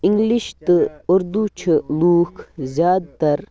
English تہٕ اردوٗ چھِ لوٗکھ زیادٕ تَر